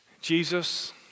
Jesus